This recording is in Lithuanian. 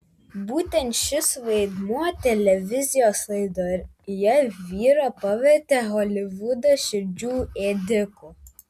būtent šis vaidmuo televizijos laidoje vyrą pavertė holivudo širdžių ėdiku